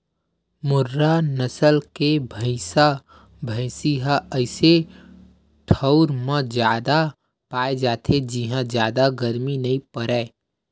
मुर्रा नसल के भइसा भइसी ह अइसे ठउर म जादा पाए जाथे जिंहा जादा गरमी नइ परय